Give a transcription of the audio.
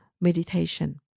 meditation